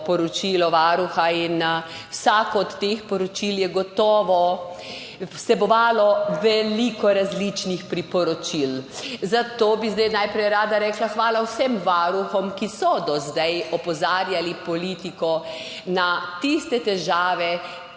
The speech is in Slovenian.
vsako od teh poročil je gotovo vsebovalo veliko različnih priporočil. Zato bi zdaj najprej rada rekla hvala vsem varuhom, ki so do zdaj opozarjali politiko na tiste težave,